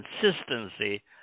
consistency